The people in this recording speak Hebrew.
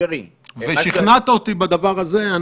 מירי --- ושכנעת אותי בדבר הזה.